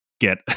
get